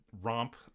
romp